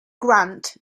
grant